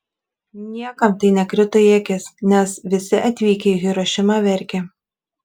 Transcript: niekam tai nekrito į akis nes visi atvykę į hirošimą verkė